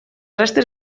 restes